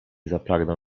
zapragnął